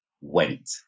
went